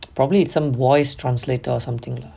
probably it's some voice translate or something lah